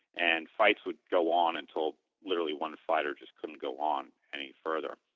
and fights would go on until literally one fighter just couldn't go on any further.